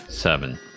Seven